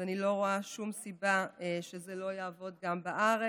אז אני לא רואה שום סיבה שזה לא יעבוד גם בארץ.